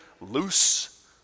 loose